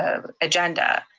um agenda,